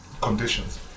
conditions